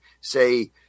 say